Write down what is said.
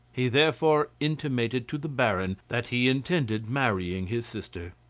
he therefore intimated to the baron that he intended marrying his sister.